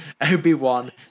Obi-Wan